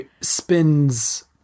spins